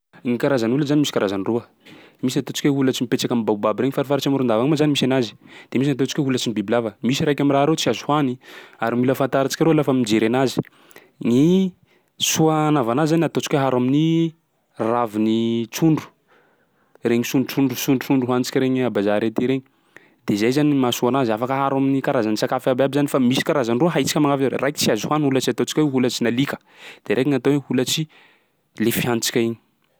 Gny karazan'ny holatsy zany misy karazany roa: misy ataontsika hoe holatsy mipetsaky am'baobab regny, farifaritsy Morondava ao moa zany misy anazy; de misy ny ataontsika hoe holatsy ny bibilava, misy raiky am'raha reo tsy azo hohany ary mila fantarintsika reo lafa mijery anazy. Gny soa anava anazy zany ataontsika hoe aharo amin'ny ravin'ny trondro, regny sontrondro sontrondro hoanintsika regny Ã bazary aty regny. De zay zany gny mahasoa anazy, afaka aharo amin'ny karazany sakafo abiaby zany fa misy karazany roa haintsika manavaka azy hoe raiky tsy azo hohany holatsy ataontsika hoe holatsy ny alika de raiky gny atao hoe holatsy le fihanintsika igny.